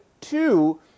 two